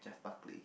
Jeff-Barkley